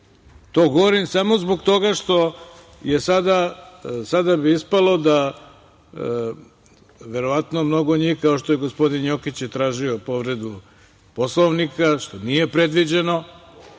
To govorim samo zbog toga što bi sada ispalo da verovatno mnogo njih, kao što je gospodin Jokić tražio povredu Poslovnika, što nije predviđeno.